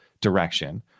direction